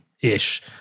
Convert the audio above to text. ish